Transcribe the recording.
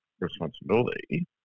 responsibility